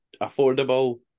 affordable